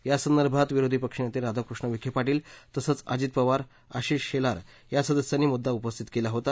यासंदर्भात विरोधी पक्षनेते राधाकृष्ण विखे पाटील तसंच अजित पवार आशिष शेलार या सदस्यांनी मुद्दा उपस्थित केला होता